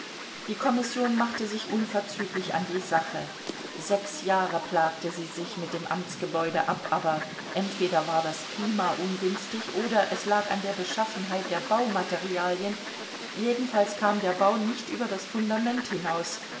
die kommission machte sich unverzüglich an die sache sechs jahre plagte sie sich mit dem amtsgebäude ab aber entweder war das klima ungünstig oder lag es an der beschaffenheit der baumaterialien jedenfalls kam der bau nicht über das fundament hinaus